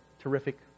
terrific